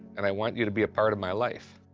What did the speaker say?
and i want you to be a part of my life,